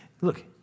look